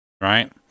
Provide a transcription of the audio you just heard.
right